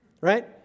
right